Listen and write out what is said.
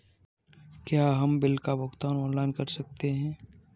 क्या हम बिल का भुगतान ऑनलाइन कर सकते हैं?